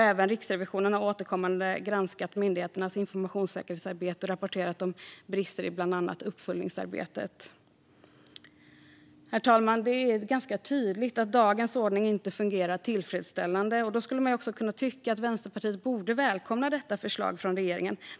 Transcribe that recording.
Även Riksrevisionen har återkommande granskat myndigheternas informationssäkerhetsarbete och rapporterat om brister i bland annat uppföljningsarbetet. Herr talman! Det är ganska tydligt att dagens ordning inte fungerar tillfredsställande, och då skulle man också kunna tycka att Vänsterpartiet borde välkomna detta förslag från regeringen.